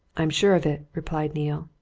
i'm sure of it, replied neale.